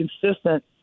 consistent